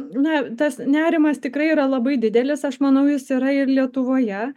na tas nerimas tikrai yra labai didelis aš manau jis yra ir lietuvoje